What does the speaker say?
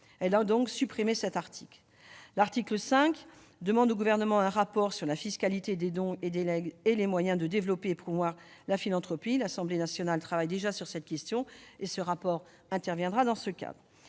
Elle a donc supprimé cet article. L'article 5 consiste en une demande au Gouvernement d'un rapport sur la fiscalité des dons et legs et sur les moyens de développer et de promouvoir la philanthropie. L'Assemblée nationale travaille déjà sur cette question, et ce rapport interviendra dans ce cadre.